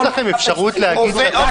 יש לך אפשרות להגיד שאתם